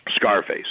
Scarface